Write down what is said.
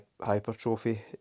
hypertrophy